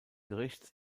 gerichts